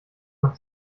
man